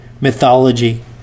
mythology